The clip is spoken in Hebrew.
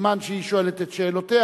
בזמן שהיא שואלת את שאלותיה,